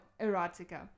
erotica